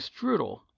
strudel